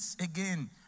again